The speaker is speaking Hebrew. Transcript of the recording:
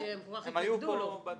כן, הם היו פה בדיון.